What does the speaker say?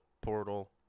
portal